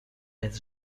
bez